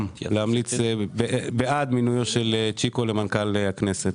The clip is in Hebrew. להצביע בעד מינויו של צ'יקו למנכ"ל הכנסת.